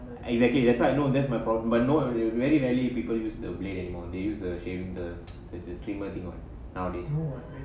exactly that's why I know that's my problem but no very rarely people use the blade anymore they use the the trimmer thing what nowadays